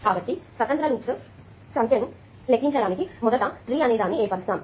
కాబట్టి స్వతంత్ర లూప్స్ సంఖ్యను లెక్కించడానికి మొదట ట్రీ అనే దాన్ని ఏర్పరుస్తాము